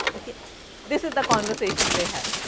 this is the conversation they have.